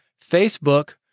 Facebook